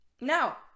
Now